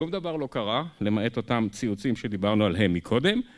כל דבר לא קרה למעט אותם ציוצים שדיברנו עליהם מקודם